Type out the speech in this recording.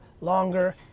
longer